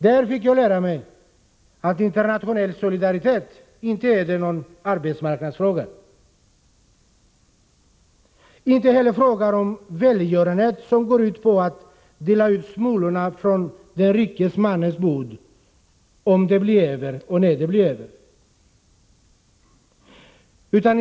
Jag fick på min hemort lära mig att internationell solidaritet inte är någon arbetsmarknadsfråga. Inte heller är det en fråga om välgörenhet, som går ut på att dela ut smulorna från den rike mannens bord om och när det blir något över.